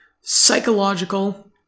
psychological